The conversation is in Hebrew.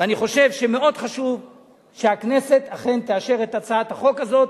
ואני חושב שמאוד חשוב שהכנסת אכן תאשר את הצעת החוק הזאת,